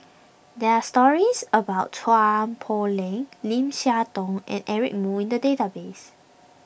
there are stories about Chua Poh Leng Lim Siah Tong and Eric Moo in the database